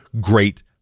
great